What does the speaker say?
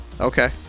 Okay